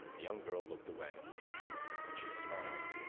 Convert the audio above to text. the young girl looked away but she smiled,